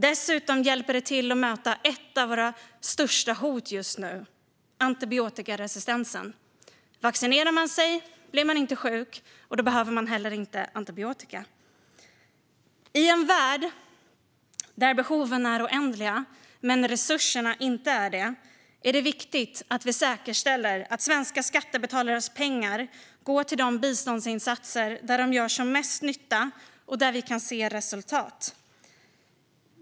Dessutom hjälper det till att möta ett av våra största hot just nu, antibiotikaresistensen. Om man vaccinerar sig blir man inte sjuk, och då behöver man inte heller antibiotika. I en värld där behoven är oändliga men där resurserna inte är det är det viktigt att vi säkerställer att svenska skattebetalares pengar går till de biståndsinsatser där de gör som mest nytta och där vi kan se resultat.